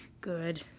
Good